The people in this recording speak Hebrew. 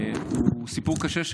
הוא סיפור קשה,